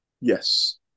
Yes